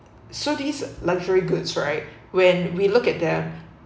so these luxury goods right when we look at the